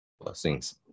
blessings